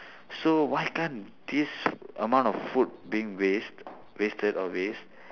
so why can't this amount of food being waste wasted or waste